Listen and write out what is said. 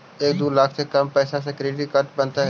एक दू लाख से कम पैसा में क्रेडिट कार्ड बनतैय?